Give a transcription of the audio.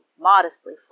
modestly